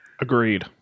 Agreed